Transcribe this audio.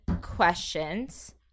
questions